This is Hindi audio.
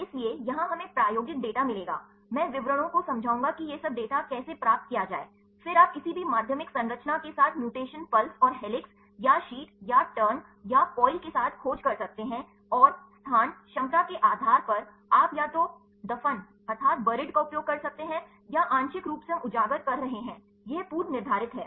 इसलिए यहां हमें प्रायोगिक डेटा मिलेगा मैं विवरणों को समझाऊंगा कि यह सब डेटा कैसे प्राप्त किया जाए फिर आप किसी भी माध्यमिक संरचना के साथ म्यूटेशन पल्स और हेलिक्स या शीट या टर्न या कॉइल के साथ खोज कर सकते हैं और स्थान क्षमता के आधार पर आप या तो दफन का उपयोग कर सकते हैं या आंशिक रूप से हम उजागर कर रहे हैं ये पूर्वनिर्धारित हैं